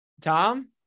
Tom